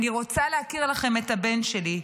אני רוצה להכיר לכם את הבן שלי.